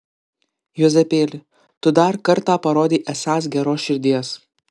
juozapėli tu dar kartą parodei esąs geros širdies